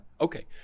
Okay